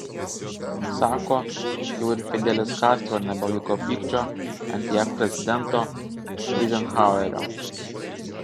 sako jau ir fidelis kastro nebelaiko pykčio ant jav prezidento eizenhauerio